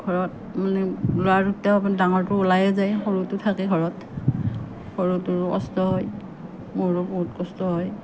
ঘৰত মানে ল'ৰা দুটাও মানে ডাঙৰটো ওলায়ে যায় সৰুটো থাকে ঘৰত সৰুটোৰো কষ্ট হয় মোৰো বহুত কষ্ট হয়